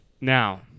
Now